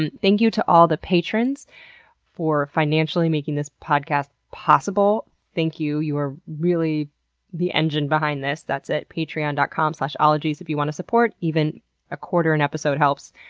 and thank you to all the patrons for financially making this podcast possible. thank you. you are really the engine behind this that's at patreon dot com slash ologies if you want to support. even a quarter an episode helps.